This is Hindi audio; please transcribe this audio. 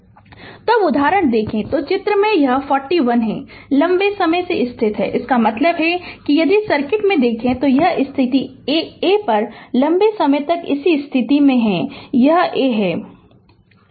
Refer Slide Time 1854 तो अब उदाहरण देखें तो चित्र में यह 41 है स्विच लंबे समय से स्थिति में है इसका मतलब है कि यदि सर्किट में देखें तो यह स्थिति A पर लंबे समय तक इस स्थिति में थी यह है A